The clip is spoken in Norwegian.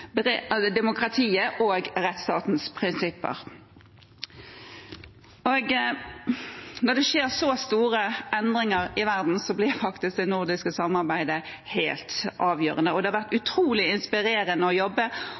demokratiet og rettsstatens prinsipper. Når det skjer så store endringer i verden, blir faktisk det nordiske samarbeidet helt avgjørende, og det har vært utrolig inspirerende å jobbe.